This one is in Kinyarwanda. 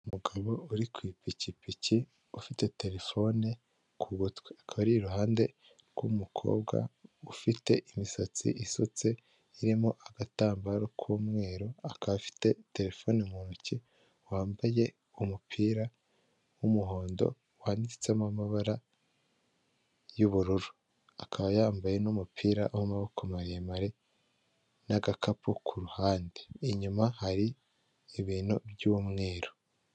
Umugabo uri ku ipikipiki ufite terefone ku gutwi, akaba ari iruhande rw'umukobwa ufite imisatsi isutse irimo agatambaro k'umweru akafite terefone mu ntoki, wambaye umupira w'umuhondo wanditsemo amabara y'ubururu akaba yambaye n'umupira w'amaboko maremare n'agakapu kuruhande, inyuma hari ibintu by'mweru.